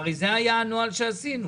הרי זה היה הנוהל שעשינו.